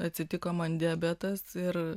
atsitiko man diabetas ir